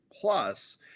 plus